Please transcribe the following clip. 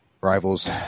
rivals